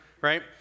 Right